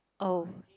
oh